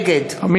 נגד זה חוק טוב,